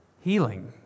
Healing